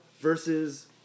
versus